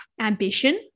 ambition